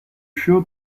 show